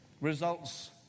results